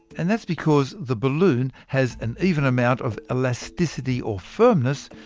and that's because the balloon has an even amount of elasticity or firmness,